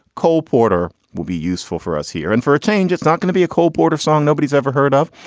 cole porter will be useful for us here and for a change. it's not going to be a cole porter song nobody's ever heard of.